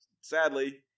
sadly